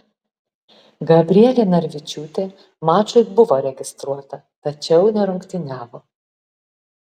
gabrielė narvičiūtė mačui buvo registruota tačiau nerungtyniavo